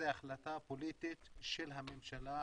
זה החלטה פוליטית של הממשלה,